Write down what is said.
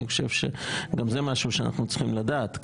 אני חושב שגם זה משהו שאנחנו צריכים לדעת.